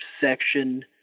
section